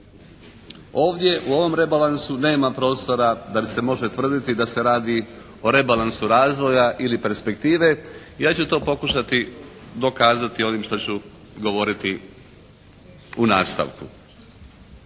Ovdje, u ovom rebalansu nema prostora da se može tvrditi da se radi o rebalansu razvoja ili perspektive. Ja ću to pokušati dokazati ovim što ću govoriti u nastavku.